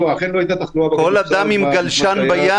כל אדם עם גלשן בים